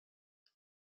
صدو